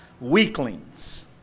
weaklings